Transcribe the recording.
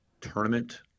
tournament